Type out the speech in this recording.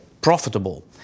profitable